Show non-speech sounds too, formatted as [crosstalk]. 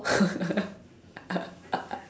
[laughs]